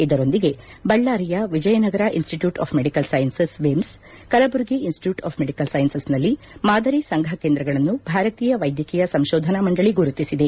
ಇದರೊಂದಿಗೆ ಬಳ್ಣಾರಿಯ Vijayanagara Institute of Medical Sciences VIMS Kalaburagi Institute of Medical Science ನಲ್ಲಿ ಮಾದರಿ ಸಂಫ ಕೇಂದ್ರಗಳನ್ನು ಭಾರತೀಯ ವೈದ್ಯಕೀಯ ಸಂಶೋಧನಾ ಮಂಡಳಿ ಗುರುತಿಸಿದೆ